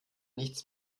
nichts